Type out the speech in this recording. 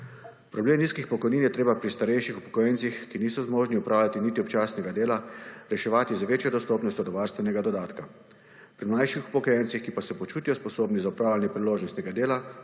Problem nizkih pokojnin je treba pri starejših upokojencih, ki niso zmožni opravljati niti občasnega dela, reševati z večjo dostopnostjo do varstvenega dodatka. Mlajšim upokojencem, ki se počutijo sposobne za opravljanje priložnostnega dela,